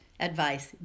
Advice